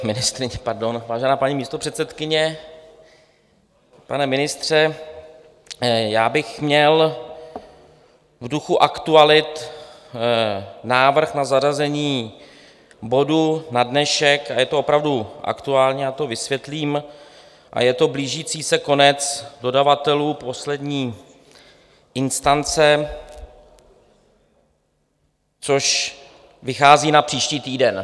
Ministryně, pardon, vážená paní místopředsedkyně, pane ministře, já bych měl v duchu aktualit návrh na zařazení bodu na dnešek a je to opravdu aktuální, já to vysvětlím je to blížící se konec dodavatelů poslední instance, což vychází na příští týden.